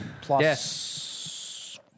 plus